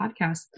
podcast